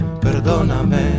perdóname